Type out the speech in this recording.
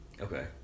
Okay